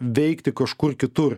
veikti kažkur kitur